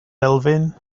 elfyn